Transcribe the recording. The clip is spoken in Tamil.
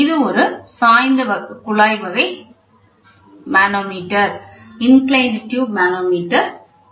இது ஒரு சாய்ந்த குழாய் வகை மனோமீட்டர் ஆகும்